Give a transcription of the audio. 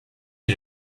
est